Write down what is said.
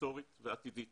היסטורית ועתידית